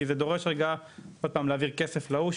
כי זה דורש להעביר כסף להוא,